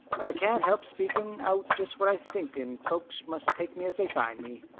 but i can't help speaking out just what i think and folks must take me as they find me.